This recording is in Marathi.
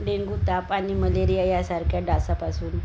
डेंगू ताप आणि मलेरिया यासारख्या डासापासून